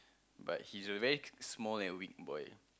but he's a very small and weak boy